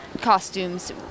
costumes